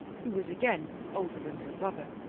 who was again older than her brother.